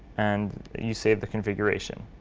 and you save the configuration.